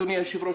אדוני היושב-ראש,